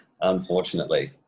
Unfortunately